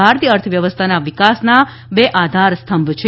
ભારતીય અર્થવ્યવસ્થાના વિકાસના બે આધારસ્તંભ છે